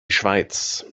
schweiz